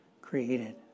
created